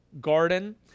garden